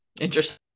interesting